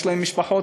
יש להם משפחות,